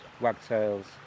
wagtails